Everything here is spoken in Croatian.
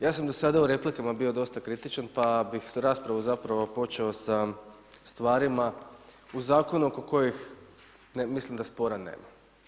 Ja sam do sada u replikama bio dosta kritičan pa bih raspravu zapravo počeo sa stvarima u Zakonu oko kojih mislim da spora nema.